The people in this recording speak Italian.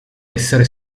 essere